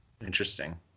Interesting